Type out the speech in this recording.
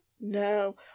No